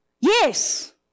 Yes